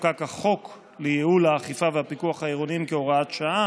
חוקק החוק לייעול האכיפה והפיקוח העירוניים כהוראת שעה